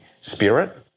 spirit